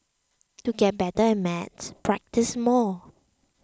to get better at maths practise more